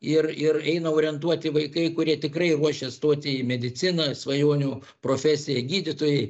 ir ir eina orientuoti vaikai kurie tikrai ruošias stoti į mediciną svajonių profesija gydytojai